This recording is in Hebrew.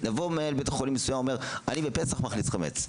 יבוא מנהל בית חולים מסוים ויאמר: אני בפסח מכניס חמץ.